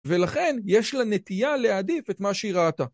ולכן, יש לה נטייה להעדיף, את מה שהיא ראתה.